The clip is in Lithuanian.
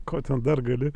ko ten dar gali